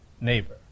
neighbor